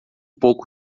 pouco